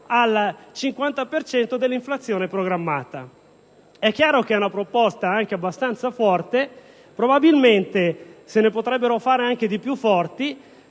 cento dell'inflazione programmata. È una proposta anche abbastanza forte, probabilmente se ne potrebbero fare anche di più forti,